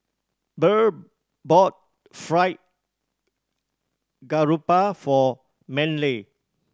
Burr bought Fried Garoupa for Manley